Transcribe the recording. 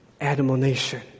admonition